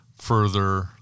further